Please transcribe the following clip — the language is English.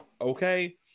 okay